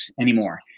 anymore